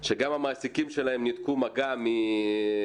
שגם המעסיקים שלהם ניתקו מגע בגלל